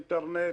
אינטרנט,